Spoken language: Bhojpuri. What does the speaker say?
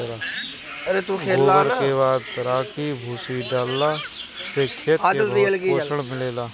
गोबर के खाद, राखी, भूसी डालला से खेत के बहुते पोषण मिलेला